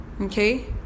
Okay